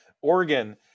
Oregon